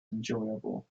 enjoyable